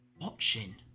watching